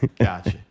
Gotcha